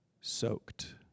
soaked